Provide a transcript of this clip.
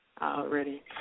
Already